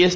S